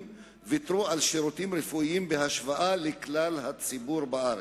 ויתרו על שירותים רפואיים בהשוואה לכלל הציבור בארץ.